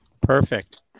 perfect